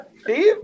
Steve